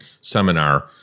seminar